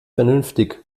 vernünftig